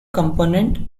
component